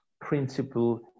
principle